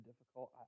difficult